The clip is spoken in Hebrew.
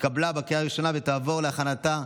התשפ"ג 2023,